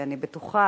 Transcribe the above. ואני בטוחה,